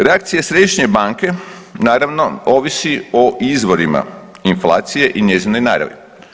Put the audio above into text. Reakcije središnje banke naravno ovisi o izvorima inflacije i njezine naravi.